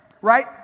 right